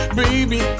baby